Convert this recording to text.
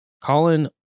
Colin